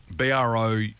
B-R-O